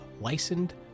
licensed